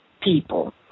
people